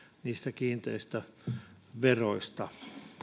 niistä kiinteistöveroista